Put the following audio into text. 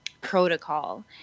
protocol